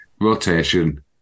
Rotation